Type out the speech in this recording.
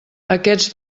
aquests